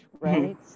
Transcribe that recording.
right